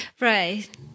Right